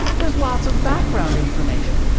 there's lots of background information.